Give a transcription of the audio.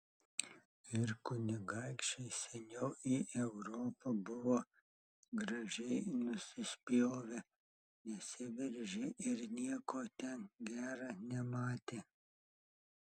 ir kunigaikščiai seniau į europą buvo gražiai nusispjovę nesiveržė ir nieko ten gera nematė